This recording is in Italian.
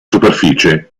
superficie